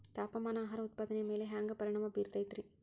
ತಾಪಮಾನ ಆಹಾರ ಉತ್ಪಾದನೆಯ ಮ್ಯಾಲೆ ಹ್ಯಾಂಗ ಪರಿಣಾಮ ಬೇರುತೈತ ರೇ?